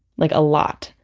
like a lot